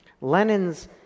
Lenin's